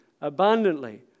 abundantly